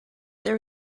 there